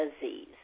disease